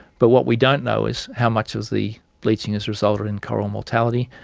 but what we don't know is how much of the bleaching has resulted in coral mortality,